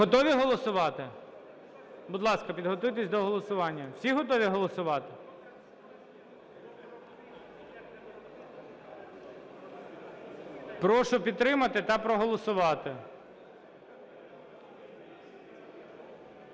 Готові голосувати? Будь ласка, підготуйтесь до голосування. Всі готові голосувати? Прошу підтримати та проголосувати.